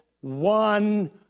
one